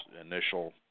initial